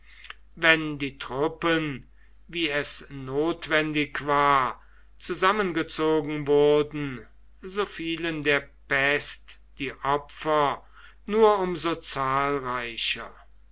wenn die truppen wie es notwendig war zusammengezogen wurden so fielen der pest die opfer nur um so zahlreicher